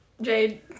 Jade